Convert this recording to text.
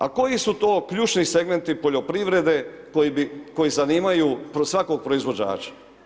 A koji su to ključni segmenti poljoprivrede koji zanimaju svakoga proizvođača?